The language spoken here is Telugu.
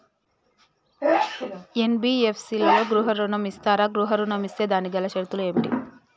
ఎన్.బి.ఎఫ్.సి లలో గృహ ఋణం ఇస్తరా? గృహ ఋణం ఇస్తే దానికి గల షరతులు ఏమిటి?